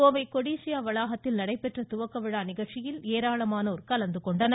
கோவை கொடீசியா வளாகத்தில் நடைபெற்ற துவக்க விழா நிகழ்ச்சியில் ஏராளமானோர் கலந்து கொண்டனர்